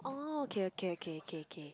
oh okay okay okay okay okay